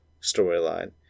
storyline